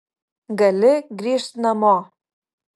gali grįžt namo